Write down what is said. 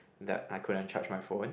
that I couldn't charge my phone